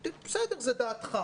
בסדר, זו דעתך.